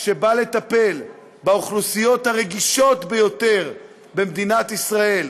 שבא לטפל באוכלוסיות הרגישות ביותר במדינת ישראל,